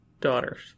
daughters